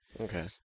Okay